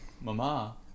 mama